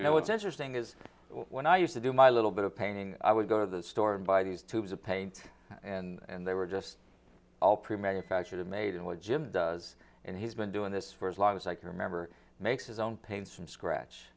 you know what's interesting is when i used to do my little bit of painting i would go to the store and buy these tubes of pain and they were just all pre manufactured made and what jim does and he's been doing this for as long as i can remember make his own paints from scratch